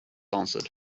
answered